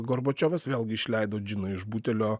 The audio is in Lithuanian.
gorbačiovas vėlgi išleido džiną iš butelio